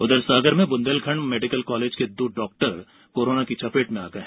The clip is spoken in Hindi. उधर सागर में बुन्देलखण्ड मेडीकल कॉलेज के दो डॉक्टर कोरोना की चपेट में आ गये